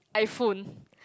iPhone